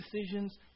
decisions